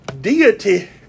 deity